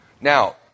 Now